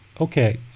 okay